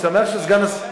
אני שמח שסגן השר,